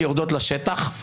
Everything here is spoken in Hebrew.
יורדות לשטח,